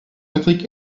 patrick